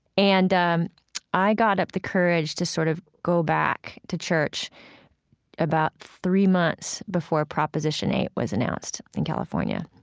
and um i got up the courage to sort of go back to church about three months before proposition eight was announced in california.